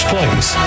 Place